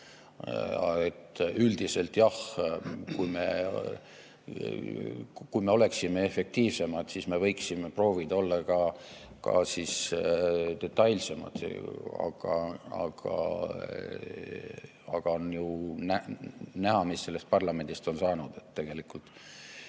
Üldiselt jah, kui me oleksime efektiivsemad, siis me võiksime proovida olla ka detailsemad. Aga on ju näha, mis sellest parlamendist on saanud.